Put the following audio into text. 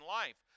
life